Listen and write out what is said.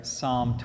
Psalm